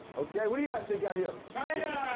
ok, what do you guys think out here? china!